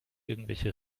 irgendwelche